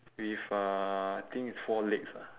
with uh I think it's four legs ah